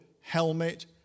helmet